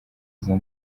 izo